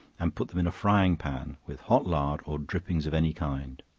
and put them in a frying pan, with hot lard or drippings of any kind